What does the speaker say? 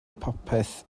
popeth